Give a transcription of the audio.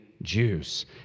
Jews